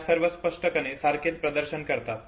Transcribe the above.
त्या सर्व स्पष्टपणे सारखेच प्रदर्शन करतात